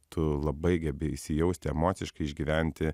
tu labai gebi įsijausti emociškai išgyventi